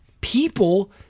people